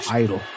idol